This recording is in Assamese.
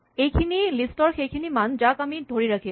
এইখিনি লিষ্ট ৰ সেইখিনি মান যাক আমি ধৰি ৰাখিম